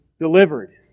delivered